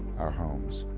our homes.